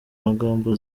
magambo